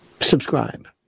subscribe